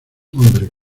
hombre